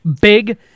big